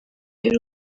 y’u